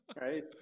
Right